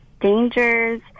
dangers